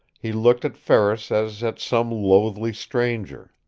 he looked at ferris as at some loathely stranger.